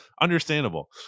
understandable